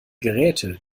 geräte